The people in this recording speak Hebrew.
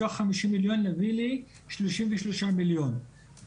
מתוך חמישים מיליון להביא לי שלושים ושלושה מיליון,